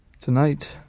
Tonight